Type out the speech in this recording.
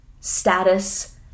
status